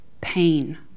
pain